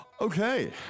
Okay